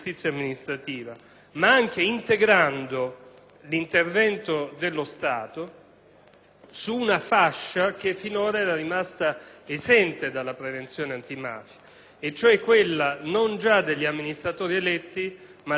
l'intervento dello Stato su una fascia che finora era rimasta esente dalla prevenzione antimafia, vale a dire non quella degli amministratori eletti ma quella della burocrazia degli enti territoriali.